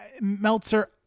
Meltzer